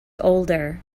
older